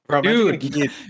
dude